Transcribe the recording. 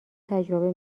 تجربه